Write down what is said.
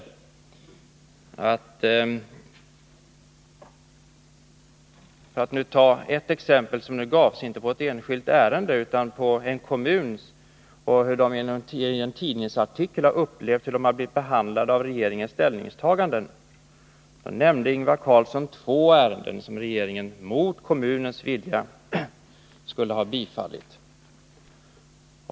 Jag skall ta upp ett av de exempel som gavs, inte på ett enskilt ärende utan på en kommuns ärende, och där man i en tidningsartikel redogör för hur man blivit behandlad genom riksdagens ställningstaganden. Ingvar Carlsson nämnde två ärenden som regeringen mot kommunens vilja skulle ha bifallit.